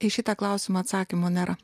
į šitą klausimą atsakymo nėra